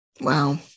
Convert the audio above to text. Wow